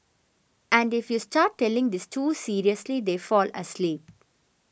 and if you start telling this too seriously they fall asleep